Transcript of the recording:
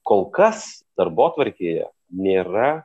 kol kas darbotvarkėje nėra